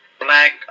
black